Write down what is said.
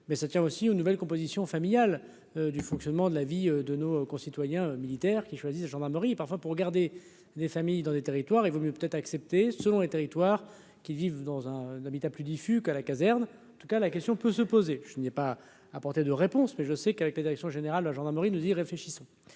mais ça tient aussi aux nouvelle composition familiale du fonctionnement de la vie de nos concitoyens militaire qui choisit de gendarmerie parfois pour garder les familles dans des territoires, il vaut mieux peut-être selon les territoires qui vivent dans un habitat. Je lui dis fuck à la caserne, en tout cas la question peut se poser, je n'ai pas apporté de réponse mais je sais qu'avec les élections générales, la gendarmerie, nous y réfléchissons,